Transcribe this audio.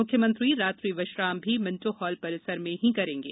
म्ख्यमंत्री रात्रि विश्राम भी मिंटो हाल परिसर में ही करेंगे